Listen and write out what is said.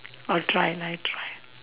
I'll try lah I try